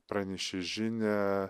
pranešė žinią